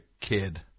kid